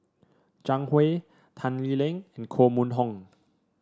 Zhang Hui Tan Lee Leng and Koh Mun Hong